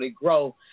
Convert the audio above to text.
grow